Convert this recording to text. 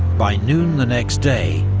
by noon the next day,